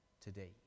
today